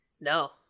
No